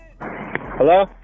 Hello